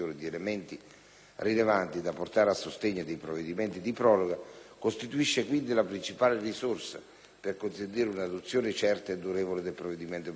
rilevanti da portare a sostegno dei provvedimenti di proroga costituisce, quindi, la principale risorsa per consentire un'adozione certa e durevole del provvedimento ministeriale.